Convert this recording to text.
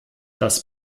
das